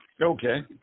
Okay